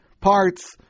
parts